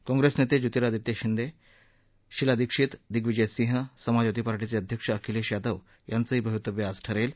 काँग्रेस नेते ज्योतिरादित्य शिंदे शीला दीक्षित दिभ्विजय सिंह समाजवादी पार्टीचे अध्यक्ष अखिलेश यादव यांचंही भवितव्य आज ठरेल